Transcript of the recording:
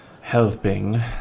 helping